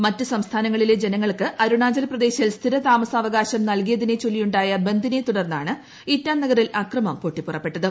മറ്റ് സംസ്ഥാനങ്ങളിലെ ജനങ്ങൾക്ക് അരുണാചൽ പ്രദേശിൽ സ്ഥിര താമസാവകാശം നൽകിയതിനെ ചൊല്ലിയുണ്ടായ ബന്ദിനെ തുടർന്നാണ് ഇറ്റാനഗറിൽ അക്രമം പൊട്ടിപ്പുറപ്പെട്ടത്